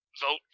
vote